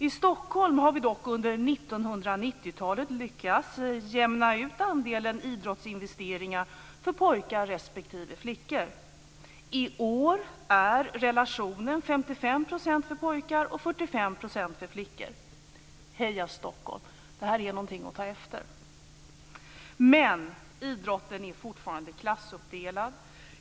I Stockholm har vi dock under 1990-talet lyckats jämna ut andelen idrottsinvesteringar för pojkar respektive flickor. I år är relationen 55 % för pojkar och 45 % för flickor. Heja Stockholm! Det är någonting att ta efter. Men idrotten är fortfarande klassuppdelad.